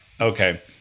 Okay